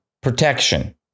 protection